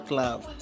love